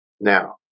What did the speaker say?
Now